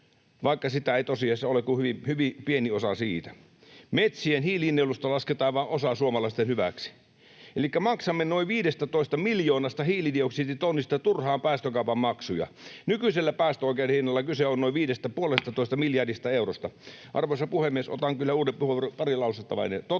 vaikka sitä ei tosiasiassa ole kuin hyvin pieni osa siitä. Metsien hiilinielusta lasketaan vain osa suomalaisten hyväksi. Elikkä maksamme noin 15 miljoonasta hiilidioksiditonnista turhaan päästökaupan maksuja. Nykyisellä päästöoikeuden hinnalla kyse on noin puolestatoista miljardista eurosta. Arvoisa puhemies! Otan kyllä uuden puheenvuoron — nyt pari lausetta vain. Totean